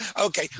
Okay